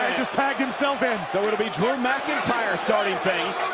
just tagged himself in. so it'll be drew mcintyre starting things.